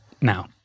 now